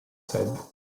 said